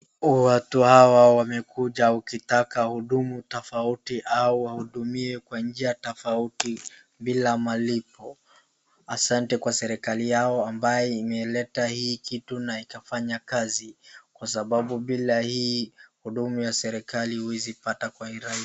Watu hawa wamekuja ukitaka hudumu tofauti au wahudumiwe kwa njia tofauti bila malipo. Asante kwa serikali yao ambaye imeleta hii kitu na ikafanya kazi, kwa sababu bila hii hudumu ya serikali huwezi pata kwa urahisi.